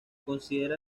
considera